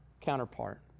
counterpart